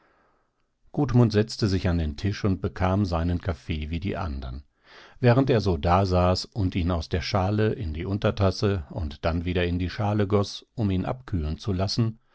behagte gudmund setzte sich an den tisch und bekam seinen kaffee wie die andern während er so dasaß und ihn aus der schale in die untertasse und dann wieder in die schale goß um ihn abkühlen zu lassen